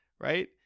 right